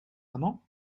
amant